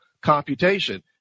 computation